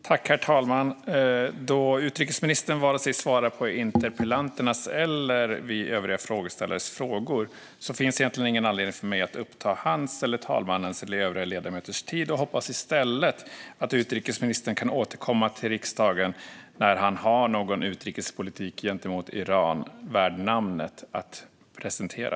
Herr talman! Då utrikesministern inte svarar på vare sig interpellanternas eller övriga frågeställares frågor finns det egentligen ingen anledning för mig att uppta hans, talmannens eller övriga ledamöters tid. Jag hoppas i stället att utrikesministern kan återkomma till riksdagen när han har någon utrikespolitik gentemot Iran värd namnet att presentera.